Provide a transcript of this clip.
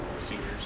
seniors